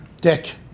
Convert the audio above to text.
Dick